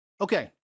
Okay